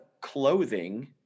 clothing